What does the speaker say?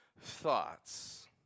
thoughts